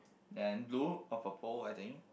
and blue of a pole I think